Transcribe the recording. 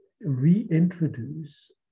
reintroduce